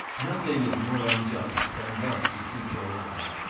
nothing is more unjust than thus to treat your enemies.